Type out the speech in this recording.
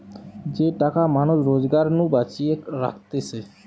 যে টাকা মানুষ রোজগার নু বাঁচিয়ে রাখতিছে